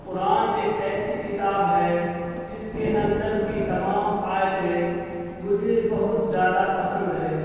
قرآن ایک ایسی کتاب ہے جس کے اندر کی تمام آیتیں مجھے بہت زیادہ پسند ہے